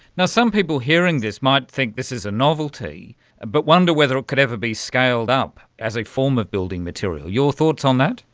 and some people hearing this might think this is a novelty but wonder whether it could ever be scaled up as a form of building material. your thoughts on that?